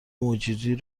موجودی